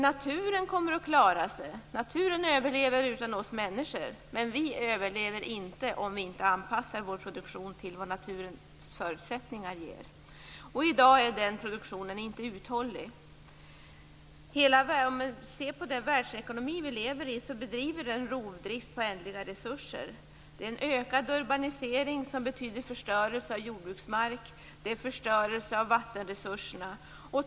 Naturen kommer att klara sig, naturen överlever utan oss människor. Men vi överlever inte om vi inte anpassar vår produktion till vad naturen ger för förutsättningar. I dag är inte den produktionen uthållig. Hela den världsekonomi som vi lever i bedriver en rovdrift på ändliga resurser. Det är en ökad urbanisering som betyder förstörelse av jordbruksmark, förstörelse av vattenresurserna.